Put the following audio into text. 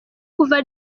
kuva